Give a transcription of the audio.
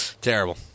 Terrible